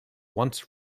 once